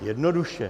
Jednoduše.